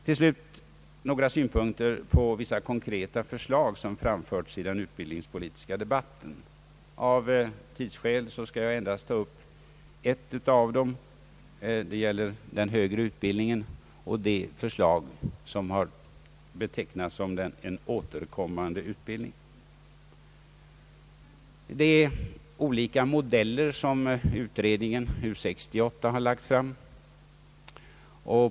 Till slut vill jag anföra några synpunkter på vissa konkreta förslag som framförts i utbildningspolitiken. Av tidsskäl skall jag endast ta upp ett av dem. Det gäller den högre utbildningen och det förslag som har betecknats som en återkommande utbildning. Det är olika modeller som utredningen U68 har lagt fram.